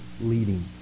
leading